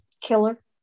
killer